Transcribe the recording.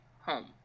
home